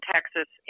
Texas